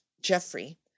Jeffrey